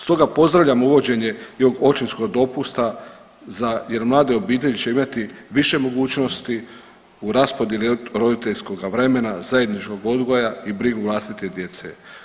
Stoga pozdravljamo uvođenje i ovog očinskog dopusta za jer mlade obitelji će imati više mogućnosti u raspodjeli roditeljskog vremena, zajedničkog odgoja i brigu vlastite djece.